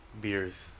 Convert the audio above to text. beers